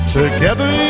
together